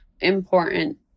important